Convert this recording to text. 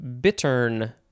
bittern